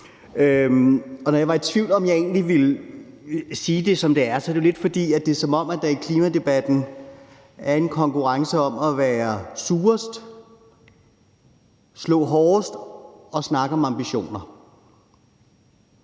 Når jeg var i tvivl om, om jeg egentlig ville sige det, som det er, er det jo, fordi det lidt er, som om der i klimadebatten er en konkurrence om at være surest, slå hårdest og snakke om ambitioner.